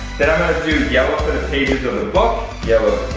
then i'm gonna do yellow for the pages of the book. yellow